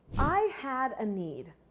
i had a need.